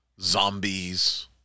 zombies